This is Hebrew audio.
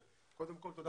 קודם כל תודה